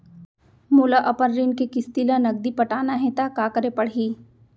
मोला अपन ऋण के किसती ला नगदी पटाना हे ता का करे पड़ही?